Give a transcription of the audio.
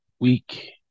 week